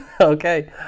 Okay